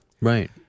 Right